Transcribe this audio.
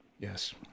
Yes